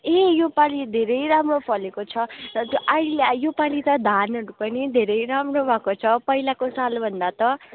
ए योपालि धेरै राम्रो फलेको छ र त्यो अहिले योपालि त धानहरू पनि धेरै राम्रो भएको छ पहिलाको सालभन्दा त